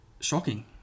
shocking